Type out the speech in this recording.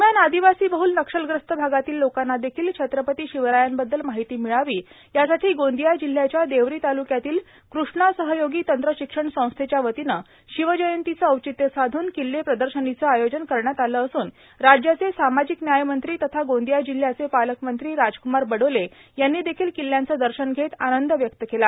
दरम्यान आदिवासी बहल नक्षलग्रस्त भागातील लोकांना देखील छत्रपती शिवरायांबद्दल माहिती मिळावी यासाठी गोंदिया जिल्याच्या देवरी तालुक्यातील कृष्णा सहयोगी तंत्रशिक्षण सांस्थेच्य वतीनं शिव जयंतीचं औचित्य साधून किल्ले प्रदर्शनीचं आयोजन करण्यात आलं असून राज्याचे सामाजिक न्याय मंत्री तथा गोंदिया जिल्याचे पालक मंत्री राजक्मार बडोले यांनी देखील किल्यांचे दर्शन घेत आनंद व्यक्त केला